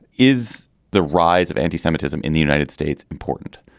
is the rise of anti-semitism in the united states important?